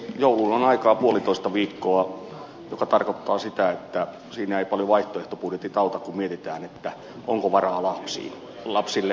jouluun on aikaa puolitoista viikkoa mikä tarkoittaa sitä että siinä eivät paljon vaihtoehtobudjetit auta kun mietitään onko varaa lapsille ostaa lahjoja